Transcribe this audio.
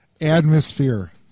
Atmosphere